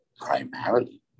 primarily